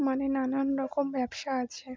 মানে নানান রকম ব্যবসা আছে